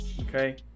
okay